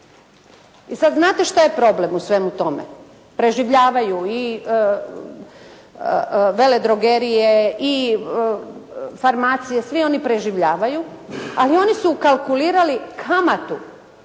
I sada znate šta je problem u svemu tome? Preživljavaju i vele drogerije i farmacije, svi oni preživljavaju ali oni su ukalkulirali kamatu